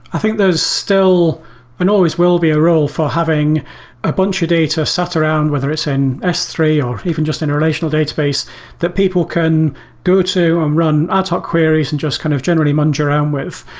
i think there's still and always will be a role for having a bunch of data sat around, whether it's in s three or even just in relational database that people can go to and run ah ad hoc queries and just kind of generally munge around with.